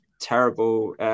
terrible